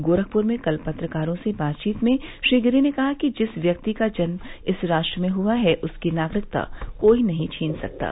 गोरखपुर में कल पत्रकारों से बातचीत में श्री गिरि ने कहा कि जिस व्यक्ति का जन्म इस राष्ट्र में हुआ है उसकी नागरिकता कोई नहीं छीन सकता है